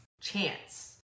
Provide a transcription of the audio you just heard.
chance